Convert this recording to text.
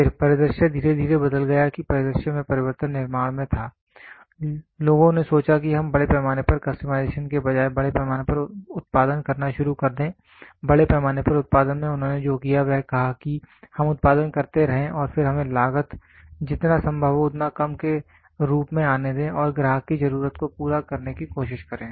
फिर परिदृश्य धीरे धीरे बदल गया कि परिदृश्य में परिवर्तन निर्माण में था लोगों ने सोचा कि हम बड़े पैमाने पर कस्टमाइजेशन के बजाय बड़े पैमाने पर उत्पादन करना शुरू कर दें बड़े पैमाने पर उत्पादन में उन्होंने जो किया वह कहा कि हम उत्पादन करते रहें और फिर हमें लागत जितना संभव हो उतना कम के रूप में आने दें और ग्राहक की जरूरत को पूरा करने की कोशिश करें